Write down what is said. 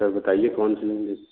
sir बताइए कौन सी लेंगे